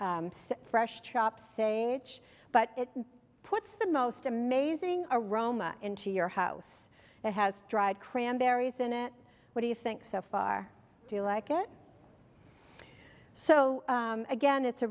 fresh chops saying age but it puts the most amazing aroma into your house that has dried cranberries in it what do you think so far do you like it so again it's a